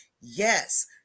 yes